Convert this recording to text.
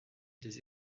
des